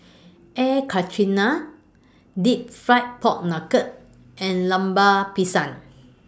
Air Karthira Deep Fried Pork Knuckle and Lemper Pisang